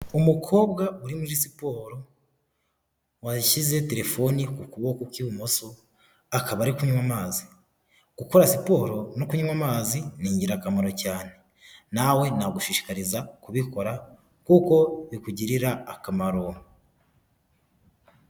Umukobwa uri muri siporo washyize telefoni ku kuboko kw'ibumoso akaba ari kunywa amazi. Gukora siporo no kunywa amazi ni ingirakamaro cyane nawe nagushishikariza kubikora kuko bikugirira akamaro.